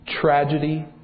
tragedy